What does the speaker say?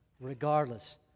regardless